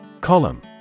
Column